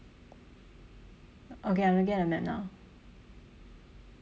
okay I'm looking at the map now